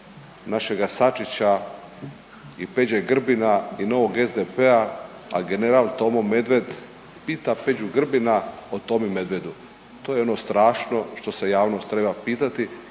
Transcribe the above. našega Sačića i Peđe Grbina i novog SDP-a, a general Tomo Medved pita Peđu Grbina o Tomu Medvedu to je ono što je strašno što se javnost treba pitati,